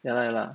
ya lah ya lah